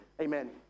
amen